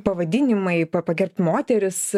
pavadinimai pa pagerbt moteris